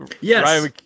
Yes